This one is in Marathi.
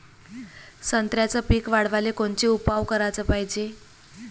संत्र्याचं पीक वाढवाले कोनचे उपाव कराच पायजे?